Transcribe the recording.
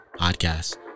podcast